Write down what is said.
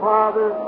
Father